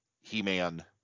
he-man